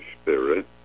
Spirit